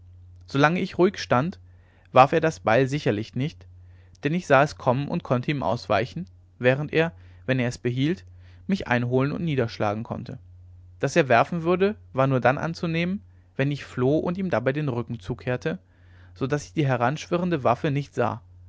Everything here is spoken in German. ich ruhig stand warf er das beil sicherlich nicht denn ich sah es kommen und konnte ihm ausweichen während er wenn er es behielt mich einholen und niederschlagen konnte daß er werfen würde war nur dann anzunehmen wenn ich floh und ihm dabei den rücken zukehrte so daß ich die heranschwirrende waffe nicht sah